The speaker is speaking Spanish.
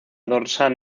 dorsal